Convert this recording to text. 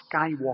Skywalker